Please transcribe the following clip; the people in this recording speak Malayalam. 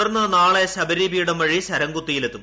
തുടർന്ന് നാളെ ശബരിപീഠം വഴി ശരംകുത്തിയിലെത്തും